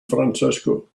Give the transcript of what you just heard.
francisco